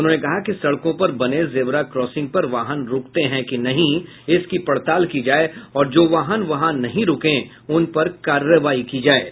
उन्होंने कहा कि सड़कों पर बने जेबरा क्रॉसिंग पर वाहन रूकते हैं कि नहीं इसकी पड़ताल की जाये और जो वाहन वहां नहीं रूकें उनपर कार्रवाई की जायेगी